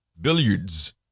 Billiards